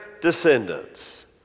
descendants